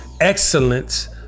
excellence